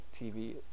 TV